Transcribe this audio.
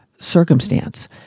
circumstance